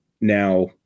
Now